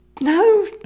No